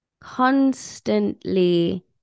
constantly